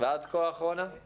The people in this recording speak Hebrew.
המטרה שלנו היא